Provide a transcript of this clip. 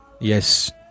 Yes